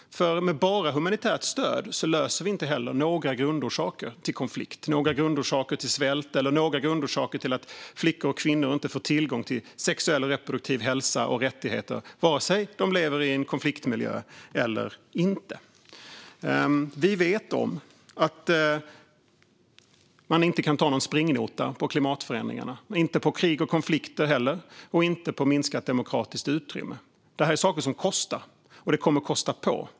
Med bara humanitärt stöd löser vi inte några grundorsaker till konflikt, svält eller till att flickor och kvinnor inte får tillgång till sexuell och reproduktiv hälsa och rättigheter, vare sig de lever i en konfliktmiljö eller inte. Vi vet att man inte kan ta någon springnota på klimatförändringarna, på krig och konflikter eller på minskat demokratiskt utrymme. Det här är saker som kostar, och det kommer att kosta på.